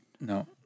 No